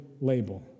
label